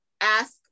Ask